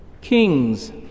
Kings